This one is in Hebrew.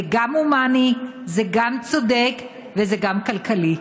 זה גם הומני, זה גם צודק וזה גם כלכלי.